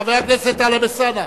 חבר הכנסת טלב אלסאנע,